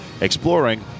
Exploring